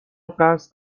قصد